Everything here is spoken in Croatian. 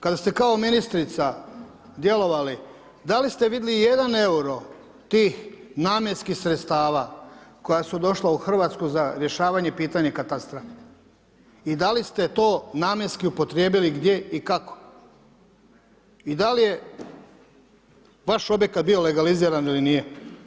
Kada ste kao ministrica djelovali da li ste vidjeli i jedan euro tih namjenskih sredstava koja su došla u Hrvatsku za rješavanje pitanja katastra i da li ste to namjenski upotrijebili gdje i kako i da li je vaš objekt bio legaliziran ili nije?